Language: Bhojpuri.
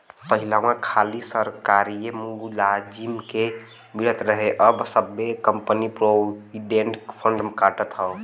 पहिलवा खाली सरकारिए मुलाजिम के मिलत रहे अब सब्बे कंपनी प्रोविडेंट फ़ंड काटत हौ